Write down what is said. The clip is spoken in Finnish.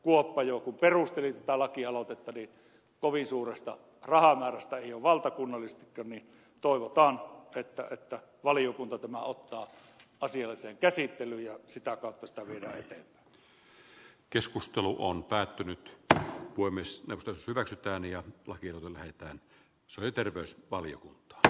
kuoppa jo perusteli tätä lakialoitetta eikä kovin suuresta rahamäärästä ole valtakunnallisestikaan kyse niin toivotaan että valiokunta tämän ottaa asialliseen käsittelyyn ja sitä rakastaville keskustelu on päättynyt tähän voi myös hyväksytään ja valtiolle että hän sai terveys paljon kun tö